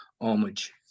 homage